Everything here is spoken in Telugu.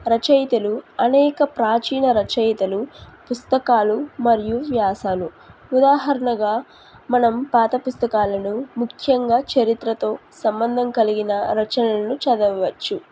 రచయితలు అనేక ప్రాచీన రచయితలు పుస్తకాలు మరియు వ్యాసాలు ఉదాహరణగా మనం పాత పుస్తకాలను ముఖ్యంగా చరిత్రతో సంబంధం కలిగిన రచనలను చదవవచ్చు